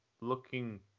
looking